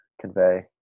convey